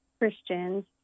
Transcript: Christians